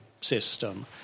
system